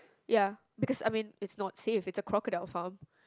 ya because I mean it's not safe with the crocodile farm